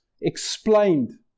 explained